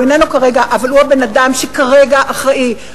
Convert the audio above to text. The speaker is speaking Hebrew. הוא איננו כרגע אבל הוא הבן-אדם שכרגע אחראי,